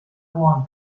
món